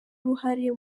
uruhare